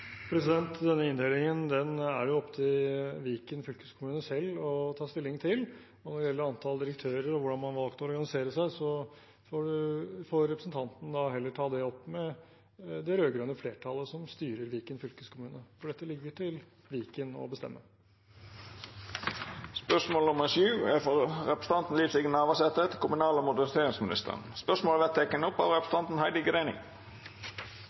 inndelingen er jo opp til Viken fylkeskommune selv å ta stilling til, og når det gjelder antall direktører og hvordan man har valgt å organisere seg, får representanten heller ta det opp med det rød-grønne flertallet som styrer Viken fylkeskommune, for dette ligger til Viken å bestemme. Dette spørsmålet, frå representanten Liv Signe Navarsete til kommunal- og moderniseringsministeren, vert teke opp av representanten Heidi Greni.